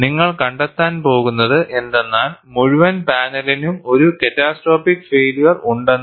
നിങ്ങൾ കണ്ടെത്താൻ പോകുന്നത് എന്തെന്നാൽ മുഴുവൻ പാനലിനും ഒരു ക്യാറ്റസ്ട്രോപ്പിക് ഫൈയില്യർ ഉണ്ടെന്ന്